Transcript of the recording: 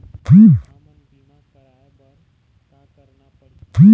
हमन बीमा कराये बर का करना पड़ही?